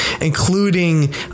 including